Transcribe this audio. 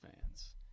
fans